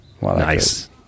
Nice